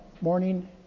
morning